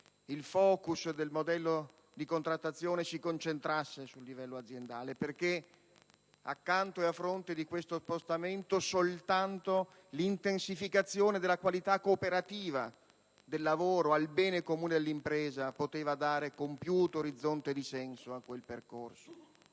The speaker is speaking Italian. il *foc**us* del modello di contrattazione si concentrava sul livello aziendale, perché, accanto e a fronte di questo accostamento, soltanto l'intensificazione della qualità cooperativa del lavoro ai fini del bene comune dell'impresa poteva dare compiuto orizzonte di senso a quel percorso.